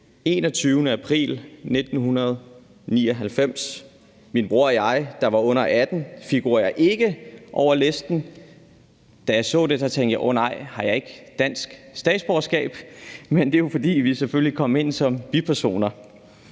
21. april 1999. Men bror og jeg, der var under 18 år, figurerer ikke på listen, og da jeg så det, tænkte jeg: Åh nej, har jeg ikke dansk statsborgerskab? Men det var jo, fordi vi selvfølgelig kom med som bipersoner.